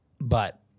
But-